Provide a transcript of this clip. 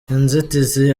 inzitizi